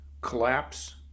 collapse